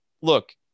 look